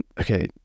okay